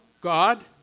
God